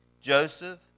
Joseph